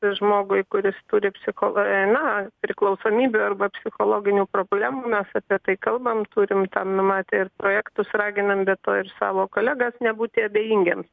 žmogui kuris turi psicho na priklausomybių arba psichologinių problemų mes apie tai kalbam turim tam numatę ir projektus raginam be to ir savo kolegas nebūti abejingiems